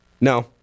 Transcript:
No